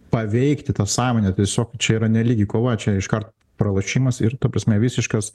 paveikti tą sąmonę tiesiog čia yra nelygi kova čia iškart pralošimas ir ta prasme visiškas